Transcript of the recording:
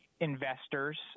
investors